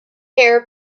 air